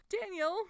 Daniel